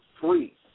free